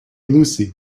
lucy